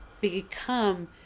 become